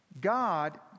God